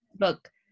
Look